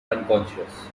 unconscious